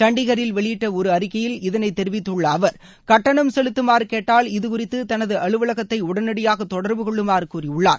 சண்டிகரில் வெளியிட்ட ஒரு அறிக்கையில் இதைத் தெரிவித்துள்ள அவர் கட்டணம் செலுத்தமாறு கேட்டால் இது குறித்து தனது அலுவலகத்தை உடனடியாக தொடர்பு கொள்ளுமாறு கூறியுள்ளார்